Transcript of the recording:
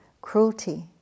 Cruelty